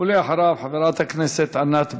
ואחריו, חברת הכנסת ענת ברקו.